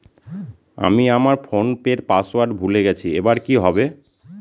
আমি আমার ফোনপের পাসওয়ার্ড ভুলে গেছি এবার কি হবে?